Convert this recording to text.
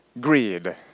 greed